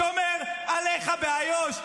שומר עליך באיו"ש.